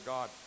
God